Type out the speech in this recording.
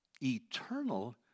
eternal